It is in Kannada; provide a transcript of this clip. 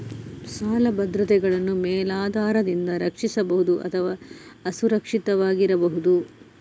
ಸಾಲ ಭದ್ರತೆಗಳನ್ನು ಮೇಲಾಧಾರದಿಂದ ರಕ್ಷಿಸಬಹುದು ಅಥವಾ ಅಸುರಕ್ಷಿತವಾಗಿರಬಹುದು